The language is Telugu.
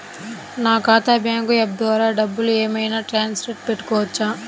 నా ఖాతా బ్యాంకు యాప్ ద్వారా డబ్బులు ఏమైనా ట్రాన్స్ఫర్ పెట్టుకోవచ్చా?